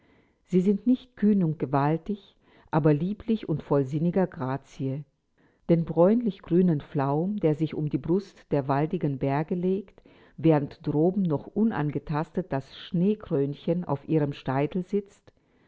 sie sind nicht kühn und gewaltig aber lieblich und voll sinniger grazie den bräunlich grünen flaum der sich um die brust der waldigen berge legt während droben noch unangetastet das schneekrönchen auf ihrem scheitel sitzt